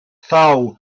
thaw